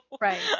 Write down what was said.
Right